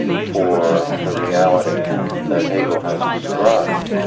for the reality that hegel has described,